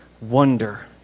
wonder